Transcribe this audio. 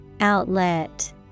Outlet